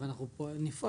נפעל.